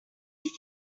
you